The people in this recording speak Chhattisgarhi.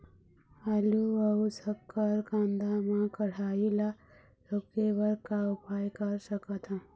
आलू अऊ शक्कर कांदा मा कढ़ाई ला रोके बर का उपाय कर सकथन?